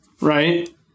right